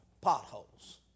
Potholes